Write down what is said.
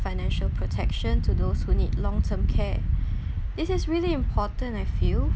financial protection to those who need long term care this is really important I feel